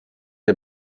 der